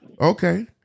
Okay